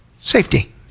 Safety